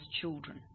children